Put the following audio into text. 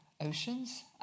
oceans